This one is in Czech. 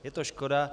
Je to škoda.